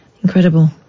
Incredible